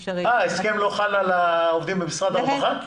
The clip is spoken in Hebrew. ההסכם לא חל על העובדים במשרד הרווחה?